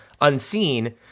unseen